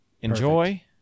enjoy